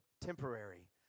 temporary